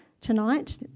tonight